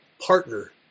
partner